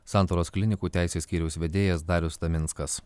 santaros klinikų teisės skyriaus vedėjas darius taminskas